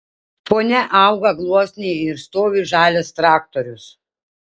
fone auga gluosniai ir stovi žalias traktorius